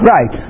Right